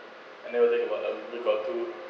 and they will take about a week or two